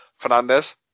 Fernandes